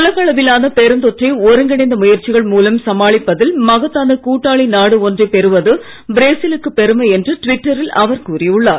உலக அளவிலான பெருந்தொற்றை ஒருங்கிணைந்த முயற்சிகள் மூலம் சமாளிப்பதில் மகத்தான கூட்டாளி நாடு ஒன்றைப் பெறுவது பிரேசிலுக்குப் பெருமை என்று டிவிட்டரில் அவர் கூறியுள்ளார்